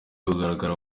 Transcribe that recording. kugaragara